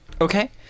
Okay